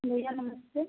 भैया नमस्ते